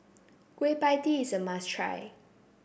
Kueh Pie Tee is a must try